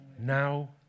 Now